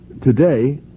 today